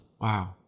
wow